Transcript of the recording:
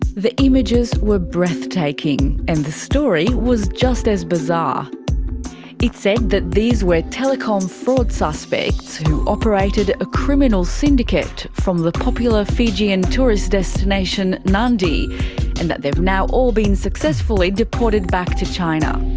the images were breathtaking, and the story was just as bizarre it said that these were telecom fraud suspects operated a criminal syndicate from the popular fijian tourist destination, nadi, and that they've now all been successfully deported back to china.